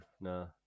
no